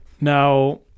Now